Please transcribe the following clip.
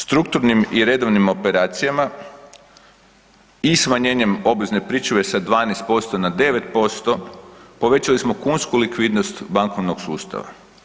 Strukturnim i redovnim operacijama i smanjenjem obvezne pričuve sa 12 posto na 9 posto povećali smo kunsku likvidnost bankovnog sustava.